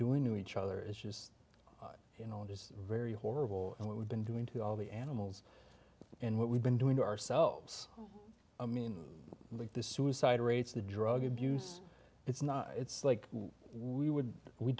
doing to each other is just you know it is very horrible and what we've been doing to all the animals and what we've been doing to ourselves i mean like this suicide rates the drug abuse it's not it's like we would we